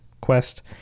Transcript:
quest